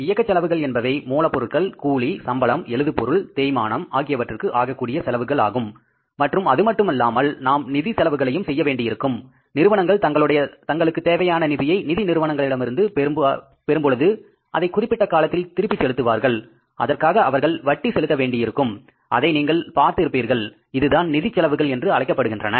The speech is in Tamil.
இயக்கச் செலவுகள் என்பவை மூலப்பொருட்கள் கூலி சம்பளம் எழுது பொருள் தேய்மானம் ஆகியவற்றுக்கு ஆகக் கூடிய செலவுகள் ஆகும் மற்றும் அதுமட்டுமில்லாமல் நாம் நிதி செலவுகளையும் செய்ய வேண்டியிருக்கும் நிறுவனங்கள் தங்களுக்கு தேவையான நிதியை நிதி நிறுவனங்களிலிருந்து பெரும்பொழுது அதை குறிப்பிட்ட காலத்தில் திருப்பி செலுத்துவார்கள் அதற்காக அவர்கள் வட்டி செலுத்த வேண்டியிருக்கும் அதை நீங்கள் பார்த்து இருப்பீர்கள் இதுதான் நிதி செலவுகள் என்று அழைக்கப்படுகின்றன